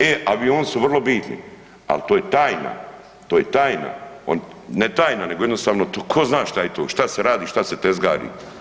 E, avioni su vrlo bitni ali to je tajna, to je tajna, ne tajna nego jednostavno to ko zna šta je to, šta se radi, šta se tezgari.